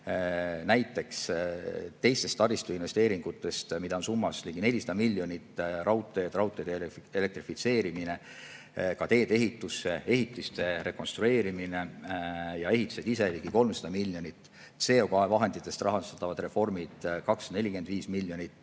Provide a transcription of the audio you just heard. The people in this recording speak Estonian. näiteks teistest taristuinvesteeringutest, mida on summas ligi 400 miljonit raudteede elektrifitseerimiseks, ka teedeehitusse, ehitiste rekonstrueerimine ja ehitised ise ligi 300 miljonit, CO2vahenditest rahastatavad reformid 245 miljonit,